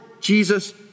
Jesus